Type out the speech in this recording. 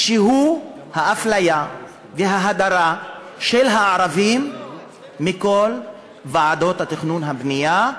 והוא האפליה וההדרה של הערבים מכל ועדות התכנון והבנייה,